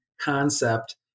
concept